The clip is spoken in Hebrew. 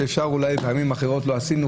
שאולי בפעמים אחרות לא עשיתם.